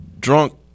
Drunk